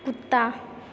कुत्ता